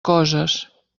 coses